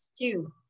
two